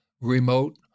remote